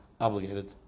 obligated